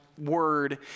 word